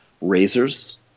razors